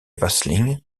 vasling